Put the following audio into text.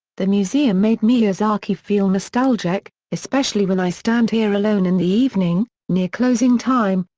the museum made miyazaki feel nostalgic, especially when i stand here alone in the evening, near closing time,